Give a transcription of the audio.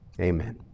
Amen